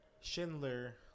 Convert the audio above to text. Schindler